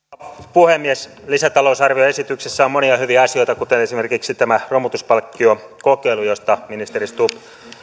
puhemies lisätalousarvioesityksessä on monia hyviä asioita kuten esimerkiksi tämä romutuspalkkiokokeilu josta ministeri stubb